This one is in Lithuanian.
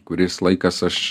kuris laikas aš